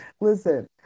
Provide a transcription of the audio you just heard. Listen